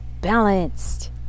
balanced